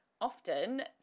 often